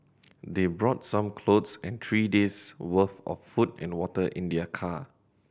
they brought some clothes and three days' worth of food and water in their car